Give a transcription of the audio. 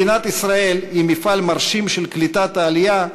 מדינת ישראל היא מפעל מרשים של קליטת עלייה,